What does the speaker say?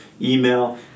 email